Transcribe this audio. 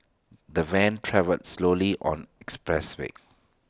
the van travelled slowly on expressway